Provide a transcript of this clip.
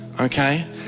okay